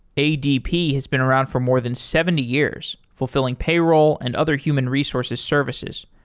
adp has been around for more than seventy years fulfilling payroll and other human resources services.